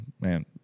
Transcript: man